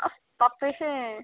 ꯑꯁ ꯇꯞꯄꯁꯦ